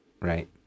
Right